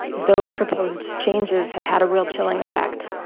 those proposed changes have had a real chilling effect.